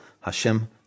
Hashem